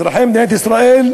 אזרחי מדינת ישראל,